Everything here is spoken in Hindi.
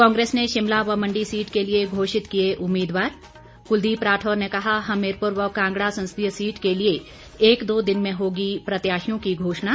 कांग्रेस ने शिमला व मंडी सीट के लिए घोषित किए उम्मीदवार कुलदीप राठौर ने कहा हमीरपुर व कांगड़ा संसदीय सीट के लिए एक दो दिन में होगी प्रत्याशियों की घोषणा